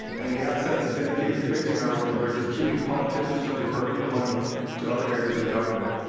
and the gas tax is dedicated to fixing ah roads and bridges keeping politicians from diverting the money to other areas of government.